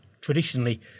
traditionally